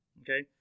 Okay